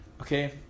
okay